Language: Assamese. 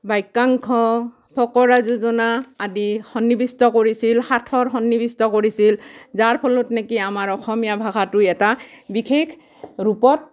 বাক্যাংশ ফকৰা যোজনা আদি সন্নিবিষ্ট কৰিছিল সাথৰ সন্নিবিষ্ট কৰিছিল যাৰ ফলত নেকি আমাৰ অসমীয়া ভাষাটো এটা বিশেষ ৰূপত